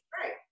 great